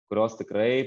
kurios tikrai